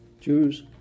Jews